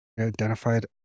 identified